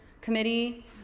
committee